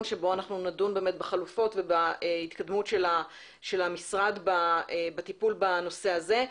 שבו נדון באמת בחלופות ובהתקדמות של המשרד בטיפול בנושא הזה.